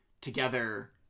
together